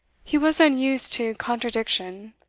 he was unused to contradiction,